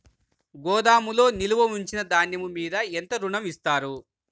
గోదాములో నిల్వ ఉంచిన ధాన్యము మీద ఎంత ఋణం ఇస్తారు?